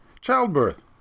childbirth